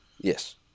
Yes